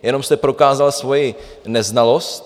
Jenom jste prokázal svoji neznalost.